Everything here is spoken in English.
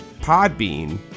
Podbean